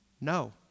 No